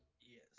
Yes